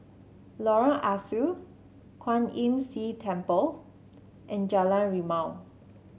Lorong Ah Soo Kwan Imm See Temple and Jalan Rimau